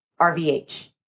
RVH